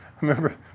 Remember